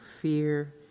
fear